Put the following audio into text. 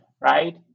Right